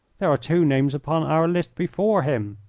there are two names upon our list before him.